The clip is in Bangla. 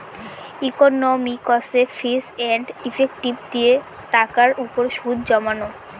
ইকনমিকসে ফিচ এন্ড ইফেক্টিভ দিয়ে টাকার উপর সুদ জমানো